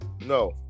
No